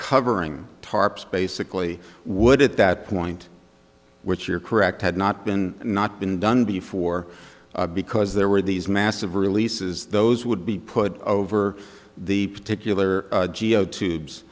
covering tarps basically would at that point which you're correct had not been not been done before because there were these massive releases those would be put over the particular geo tubes